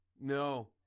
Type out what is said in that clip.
No